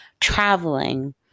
traveling